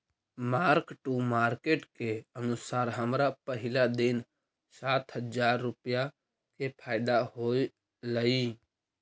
mark to market के अनुसार हमरा पहिला दिन सात हजार रुपईया के फयदा होयलई